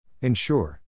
Ensure